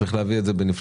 צריך להביא את זה בנפרד.